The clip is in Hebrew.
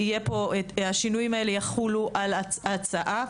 שהשינויים הללו יחולו על ההצעה.